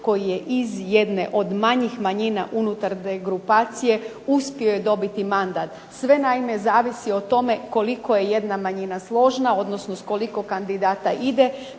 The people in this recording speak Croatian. koji je iz jedne od manjih manjina unutar degrupacije uspio je dobiti mandat. Sve zavisi o tome koliko je jedna manjina složna, s koliko kandidata ide,